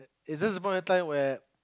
it's just a point of time where